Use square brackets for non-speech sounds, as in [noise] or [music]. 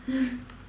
[laughs]